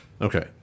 Okay